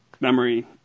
memory